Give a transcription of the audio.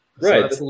Right